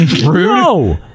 No